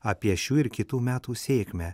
apie šių ir kitų metų sėkmę